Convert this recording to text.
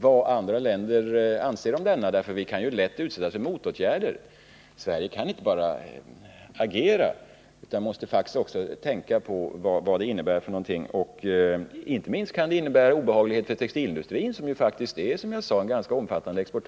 vad andra länder anser om denna, för vi kan ju annars lätt utsättas för motåtgärder. Vi måste alltid ta hänsyn till konsekvenserna av vår handelspolitik, inte minst för att det inte skall uppstå obehagligheter för textilindustrin, som ju faktiskt står för en ganska stor del av vår export.